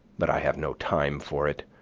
but i have no time for it.